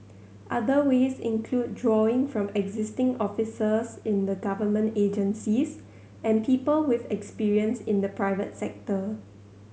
other ways include drawing from existing officers in the government agencies and people with experience in the private sector